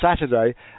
Saturday